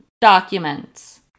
documents